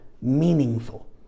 meaningful